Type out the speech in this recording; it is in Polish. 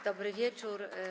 Dobry wieczór.